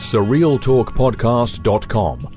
SurrealTalkPodcast.com